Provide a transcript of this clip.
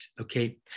okay